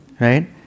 right